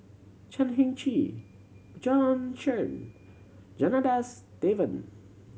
Chan Heng Chee Bjorn Shen Janadas Devan